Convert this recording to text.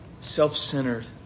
self-centered